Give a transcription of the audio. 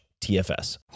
TFS